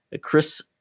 Chris